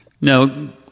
Now